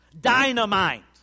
dynamite